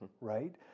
right